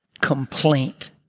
complaint